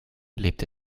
lebte